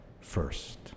first